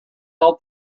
out